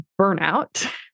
burnout